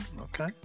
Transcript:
Okay